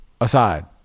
aside